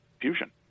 fusion